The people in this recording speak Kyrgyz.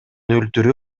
өлтүрүү